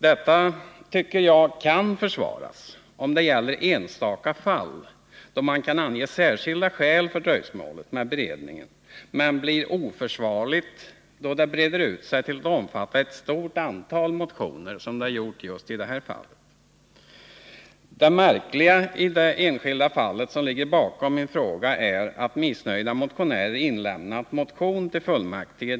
Detta tycker jag kan försvaras om det gäller enstaka fall, där man kan ange särskilda skäl för dröjsmålet med beredningen. men det blir oförsvarligt när det breder ut sig till att omfatta ett stort antal motioner. som i detta fall. mun. Där har det förekommit att motione Det märkliga i det enskilda fall som ligger bakom min fråga är att missnöjda motionärer inlämnat en motion till fullmäktige.